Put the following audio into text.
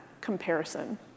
comparison